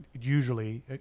Usually